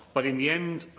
but, in the end,